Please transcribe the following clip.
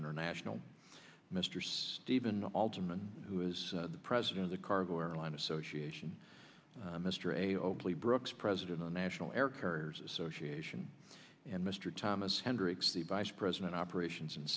international mr stephen altman who is the president of the cargo airline association mr a oakley brooks president on national air carriers association and mr thomas hendricks the vice president operations and